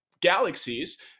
galaxies